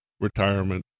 retirement